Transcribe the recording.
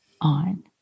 on